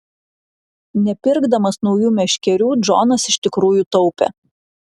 nepirkdamas naujų meškerių džonas iš tikrųjų taupė